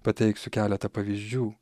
pateiksiu keletą pavyzdžių